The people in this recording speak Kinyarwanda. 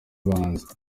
bahanzi